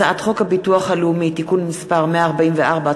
הצעת חוק הביטוח הלאומי (תיקון מס' 144),